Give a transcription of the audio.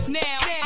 now